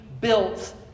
built